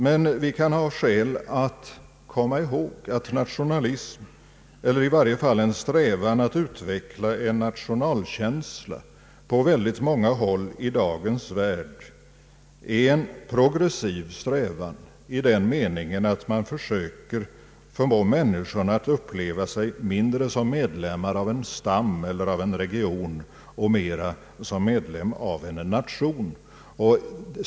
Men vi kan ha skäl att komma ihåg att nationalism eller i varje fall en strävan att utveckla en nationalkänsla på många håll i dagens värld är en progressiv strävan i den meningen att man försöker förmå människorna att uppleva sig mindre som medlemmar av en stam eller en region och mera som medlemmar av en nation.